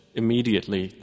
immediately